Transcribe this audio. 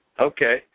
Okay